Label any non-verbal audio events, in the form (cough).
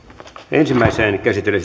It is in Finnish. ensimmäiseen käsittelyyn (unintelligible)